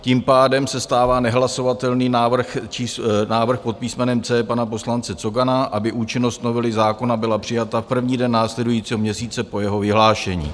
Tím pádem se stává nehlasovatelný návrh pod písmenem C pana poslance Cogana, aby účinnost novely zákona byla přijata první den následujícího měsíce po jeho vyhlášení.